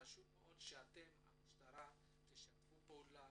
חשוב שהמשטרה תשתף פעולה,